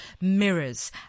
mirrors